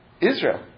Israel